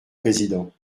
président